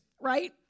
right